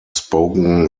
spoken